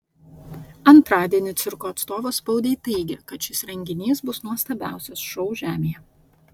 antradienį cirko atstovas spaudai teigė kad šis renginys bus nuostabiausias šou žemėje